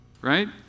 right